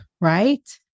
right